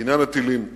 בעניין הטילים והרקטות.